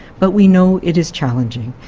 but we know it is challenging.